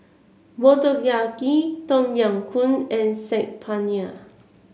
Motoyaki Tom Yam Goong and Saag Paneer